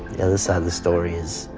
the other side of the story is